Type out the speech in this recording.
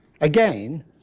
Again